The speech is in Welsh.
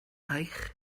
eich